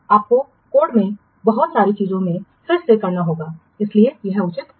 आपको कोड में बहुत सारी चीजों को फिर से करना होगा इसलिए यह उचित नहीं है